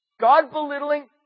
God-belittling